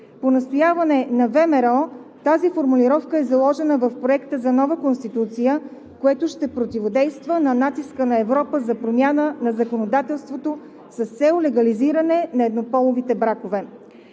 По настояване на ВМРО тази формулировка е заложена в Проекта за нова Конституция, което ще противодейства на натиска на Европа за промяна на законодателството с цел легализиране на еднополовите бракове.